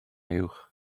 uwch